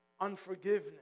Unforgiveness